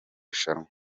rushanwa